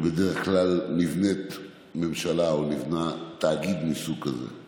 שבדרך כלל נבנית בה ממשלה או נבנה תאגיד מסוג כזה.